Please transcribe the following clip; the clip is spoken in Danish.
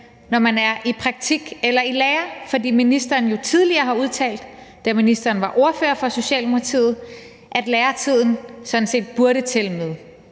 hvor man er i praktik eller i lære, skulle tælle med, fordi ministeren jo tidligere har udtalt, da ministeren var ordfører for Socialdemokratiet, at læretiden sådan set burde tælle